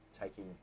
taking